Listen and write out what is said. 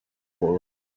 world